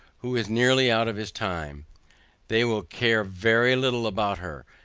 who is nearly out of his time they will care very little about her.